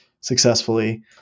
successfully